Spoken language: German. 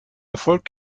erfolg